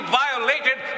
violated